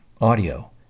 audio